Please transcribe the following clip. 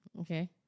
Okay